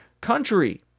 country